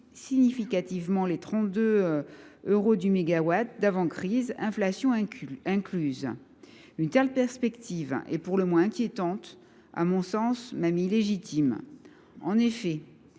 significativement les 32 euros par mégawattheure d’avant la crise, inflation incluse. Une telle perspective est pour le moins inquiétante ; elle est même, à mon sens, illégitime. En effet,